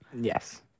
Yes